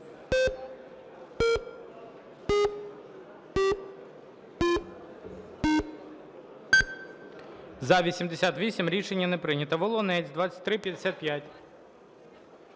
За-88 Рішення не прийнято. Волинець, 2355.